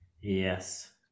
Yes